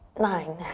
nine,